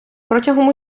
протягом